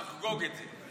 לחגוג את זה.